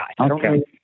Okay